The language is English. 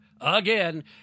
again